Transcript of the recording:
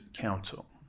Council